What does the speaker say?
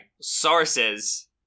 sources